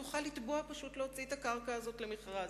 הוא יוכל לתבוע פשוט להוציא את הקרקע הזאת למכרז.